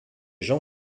jean